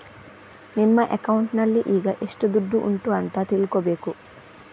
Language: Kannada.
ನಿಮ್ಮ ಅಕೌಂಟಿನಲ್ಲಿ ಈಗ ಎಷ್ಟು ದುಡ್ಡು ಉಂಟು ಅಂತ ತಿಳ್ಕೊಳ್ಬೇಕು